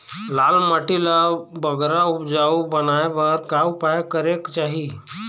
लाल माटी ला बगरा उपजाऊ बनाए बर का उपाय करेक चाही?